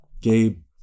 Gabe